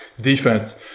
defense